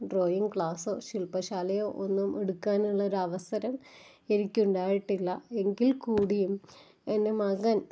drawing ക്ലാസോ ശില്പശാലയോ ഒന്നും എടുക്കാനുള്ള ഒരു അവസരം എനിക്ക് ഉണ്ടായിട്ടില്ല എങ്കില്ക്കൂടിയും എന്റെ മകന്